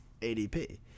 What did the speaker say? ADP